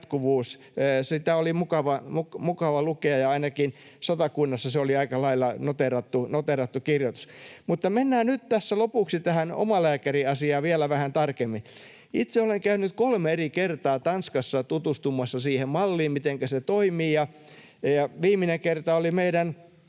Sitä oli mukava lukea, ja ainakin Satakunnassa se oli aika lailla noteerattu kirjoitus. Mutta mennään nyt tässä lopuksi tähän omalääkäriasiaan vielä vähän tarkemmin. Itse olen käynyt kolme eri kertaa Tanskassa tutustumassa siihen malliin, mitenkä se toimii. Viimeinen kerta oli meidän